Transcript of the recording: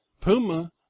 Puma